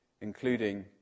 including